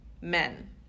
Men